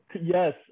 Yes